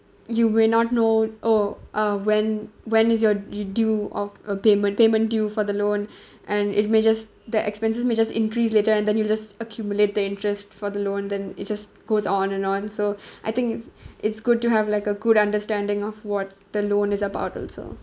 you will not know oh uh when when is your due of a payment payment due for the loan and it may just the expenses may just increase later and then you just accumulate the interest for the loan then it just goes on and on so I think it's good to have like a good understanding of what the loan is about also